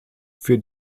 für